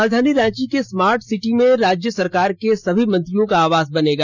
राजधानी रांची के smart city में राज्य सरकार के सभी मंत्रियों का आवास बनेगा